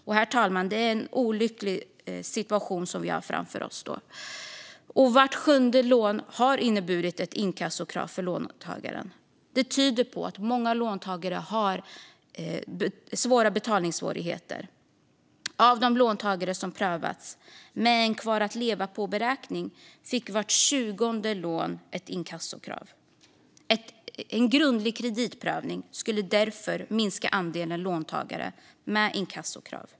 Det är då en olycklig situation som vi har framför oss, herr talman. Vart sjunde lån har inneburit ett inkassokrav för låntagaren. Det tyder på att många låntagare har betalningssvårigheter. Av de låntagare som prövats med en kvar-att-leva-på-beräkning blev det ett inkassokrav för vart tjugonde lån. En grundlig kreditprövning skulle därför minska andelen låntagare med inkassokrav.